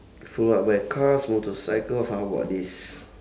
follow up by cars motorcycle of how about this